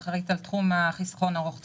אחראית על תחום החיסכון ארוך טווח.